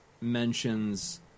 mentions